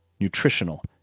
nutritional